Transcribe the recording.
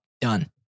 Done